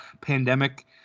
pandemic